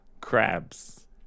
Crabs